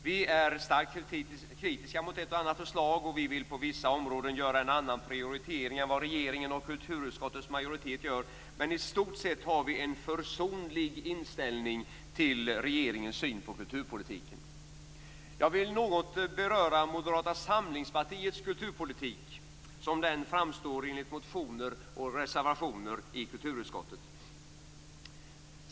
Vi är starkt kritiska mot ett och annat förslag, och vi vill på vissa områden göra en annan prioritering än vad regeringen och kulturutskottets majoritet gör. Men i stort sett har vi en försonlig inställning till regeringens syn på kulturpolitiken. Jag vill något beröra Moderata samlingspartiets kulturpolitik som den framstår enligt motioner och reservationer i kulturutskottet.